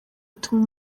atuma